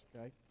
okay